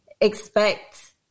expect